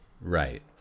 Right